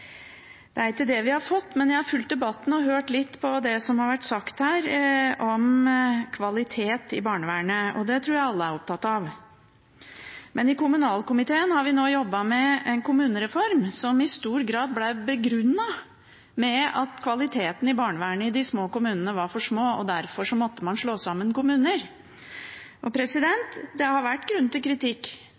Det er ikke det vi har fått, men jeg har fulgt debatten og hørt litt på det som har blitt sagt om kvalitet i barnevernet. Det tror jeg alle er opptatt av. Men i kommunalkomiteen har vi nå jobbet med en kommunereform som i stor grad ble begrunnet med at kvaliteten i barnevernet i de små kommunene var for dårlig, og at man derfor måtte slå sammen kommuner. Og det har vært grunn til kritikk